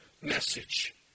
message